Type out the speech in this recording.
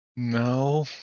No